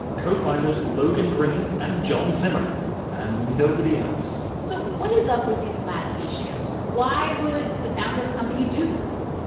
co-founders logan green and john zimmer and nobody else so what is up with these class b shares? why would the founder of a company do this?